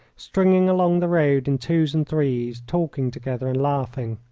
stringing along the roads in twos and threes, talking together and laughing.